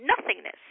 nothingness